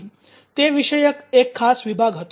' તે વિષયક એક ખાસ વિભાગ હતો